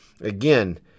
again